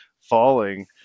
falling